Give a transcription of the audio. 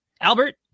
Albert